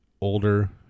older